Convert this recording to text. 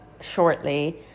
shortly